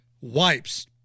wipes